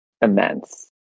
immense